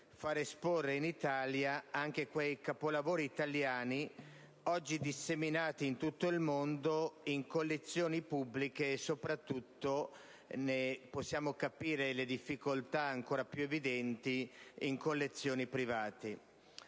di esporre in Italia quei capolavori italiani oggi disseminati in tutto il mondo in collezioni pubbliche, e soprattutto - ne possiamo capire le difficoltà ancora più evidenti - in collezioni private.